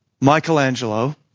Michelangelo